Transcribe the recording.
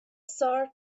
sort